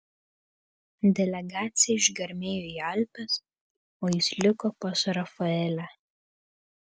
delegacija išgarmėjo į alpes o jis liko pas rafaelę